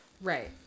right